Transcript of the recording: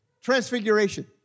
transfiguration